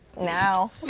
Now